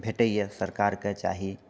भेटययए सरकारके चाही